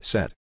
Set